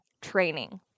training